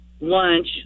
lunch